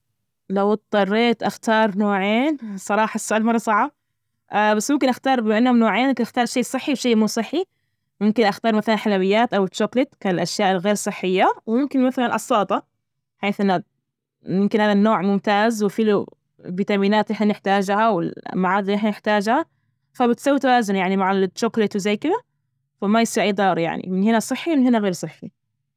لو اضطريت أختار نوعين صراحة السؤال مرة صعب، بس ممكن أختار بما أنهم نوعين ممكن أختار شيء صحي وشي مو صحي، ممكن أختار مثلا حلويات أو تشوكلت كالأشياء الغير صحية، وممكن مثل اساطة، حيث أن يمكن هذا النوع ممتاز، وفي له فيتامينات ال نحنا نحتاجها، والمعادن اللي إحنا نحتاجها فبتسوي توازن يعني مع التشوكليت وزي كده وما يصير أي ضرر يعني من هنا صحي، ومن هنا غير صحي.